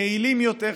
יעילים יותר,